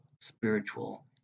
spiritual